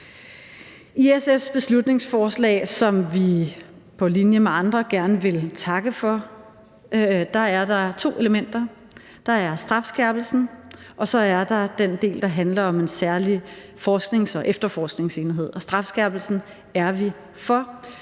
I SF's beslutningsforslag, som vi på linje med andre gerne vil takke for, er der to elementer: Der er strafskærpelsen, og så er der den del, der handler om en særlig forsknings- og efterforskningsenhed. Strafskærpelsen er vi for,